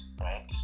right